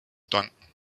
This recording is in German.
danken